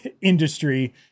industry